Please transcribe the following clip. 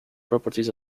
properties